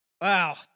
wow